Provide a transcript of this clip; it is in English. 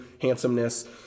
handsomeness